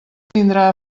tindrà